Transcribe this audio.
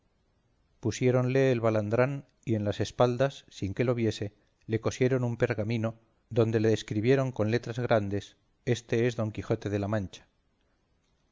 aderezado pusiéronle el balandrán y en las espaldas sin que lo viese le cosieron un pargamino donde le escribieron con letras grandes éste es don quijote de la mancha